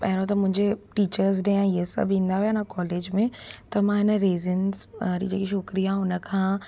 पहिरों त मुंहिंजे टीचर्स डे ऐं इहे सभु ईंदा हुआ न कॉलेज में त मां हिन रीज़न्स वारी जेकी छोकिरी आहे हुनखां